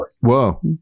Whoa